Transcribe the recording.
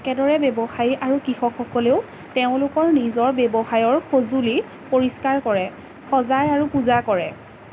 একেদৰে ব্যৱসায়ী আৰু কৃষকসকলেও তেওঁলোকৰ নিজৰ ব্যৱসায়ৰ সঁজুলি পৰিষ্কাৰ কৰে সজায় আৰু পূজা কৰে